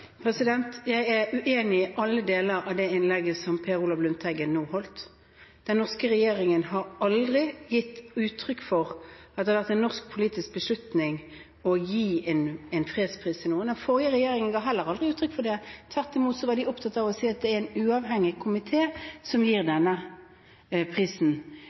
Jeg er uenig i alle delene av det innlegget som Per Olaf Lundteigen nå holdt. Den norske regjeringen har aldri gitt uttrykk for at det har vært en norsk politisk beslutning å gi en fredspris til noen. Den forrige regjeringen ga heller aldri uttrykk for det. Tvert imot var de opptatt av å si at det er en uavhengig komité som gir denne prisen.